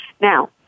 Now